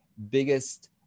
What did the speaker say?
biggest